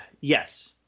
yes